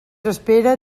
espera